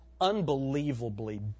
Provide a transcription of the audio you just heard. unbelievably